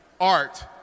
Art